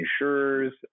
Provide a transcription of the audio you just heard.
insurers